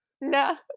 no